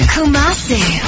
Kumasi